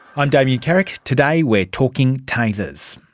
um damien carrick, today we're talking tasers.